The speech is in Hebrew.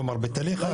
כלומר בתהליך ההקמה.